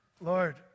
Lord